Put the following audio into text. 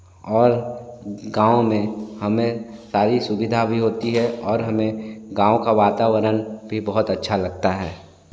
और गाँव में हमें सारी सुविधा भी होती है और हमें गाँव का वातावरण भी बहुत अच्छा लगता है